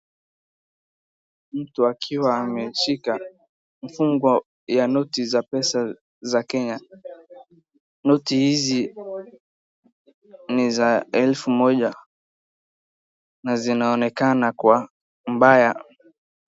Mtu akiwa ameshika fungo ya noti za pesa za Kenya. Noti hizi ni za elfu moja na zinaonekana kuwa mbaya.